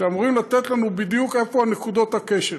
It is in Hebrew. שאמור להציג לנו בדיוק את נקודות הכשל